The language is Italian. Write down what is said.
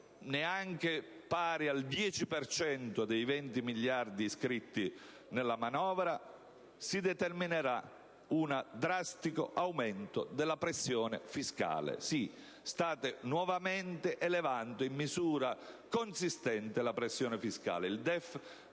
al 10 per cento dei 20 miliardi previsti nella manovra, si determinerà un drastico aumento della pressione fiscale. Dunque, state nuovamente elevando in misura consistente la pressione fiscale. Il